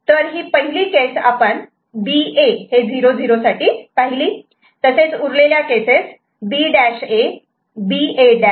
तर ही पहिली केस आपण B A 00 साठी पहिली तसेच उरलेल्या केसेस B'A BA' आणि BA